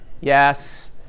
Yes